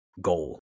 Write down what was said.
goal